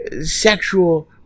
sexual